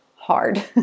hard